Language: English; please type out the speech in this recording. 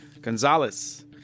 Gonzalez